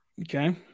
Okay